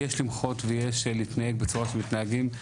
יש למחות ויש להתנהג בצורה שמתנהגים,